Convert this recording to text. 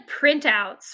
printouts